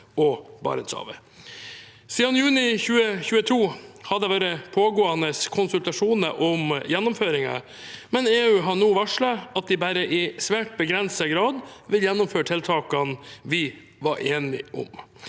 og Barentshavet. Siden juni 2022 har det vært pågående konsultasjoner om gjennomføringen, men EU har nå varslet at de bare i svært begrenset grad vil gjennomføre tiltakene vi var enige om.